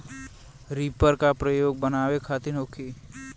Reaper का प्रयोग का बनावे खातिन होखि?